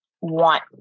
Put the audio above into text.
want